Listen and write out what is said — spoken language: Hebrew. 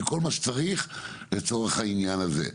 עם כל מה שצריך לצורך העניין הזה.